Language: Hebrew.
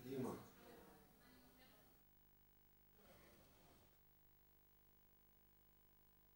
אחרי שאחד הבחורים נעצר, כשהוא עצור, כפות ידיים,